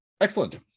Excellent